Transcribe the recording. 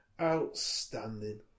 Outstanding